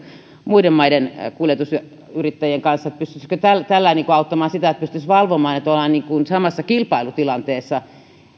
muiden maiden kuljetusyrittäjien kanssa pystyisikö tällä tällä tavalla auttamaan sitä että pystyisi valvomaan että ollaan samassa kilpailutilanteessa